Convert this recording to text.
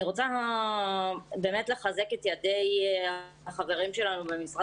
אני רוצה באמת לחזק את ידי החברים שלנו במשרד